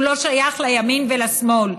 הוא לא שייך לימין ולשמאל,